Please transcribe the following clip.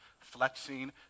flexing